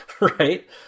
right